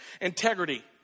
Integrity